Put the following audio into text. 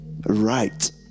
right